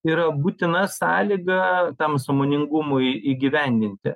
yra būtina sąlyga tam sąmoningumui įgyvendinti